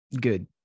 good